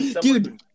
Dude